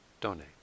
donate